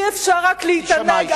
אי-אפשר רק להתענג,